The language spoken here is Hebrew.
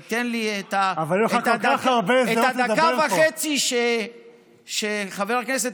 אתה תיתן לי את הדקה וחצי שחבר הכנסת